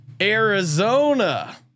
Arizona